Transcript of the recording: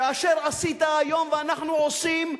שאשר עשית היום ואנחנו עושים,